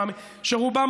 שלרובם,